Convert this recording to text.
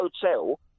hotel